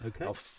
okay